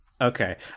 Okay